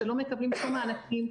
שלא מקבלים שום מענקים,